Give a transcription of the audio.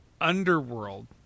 Underworld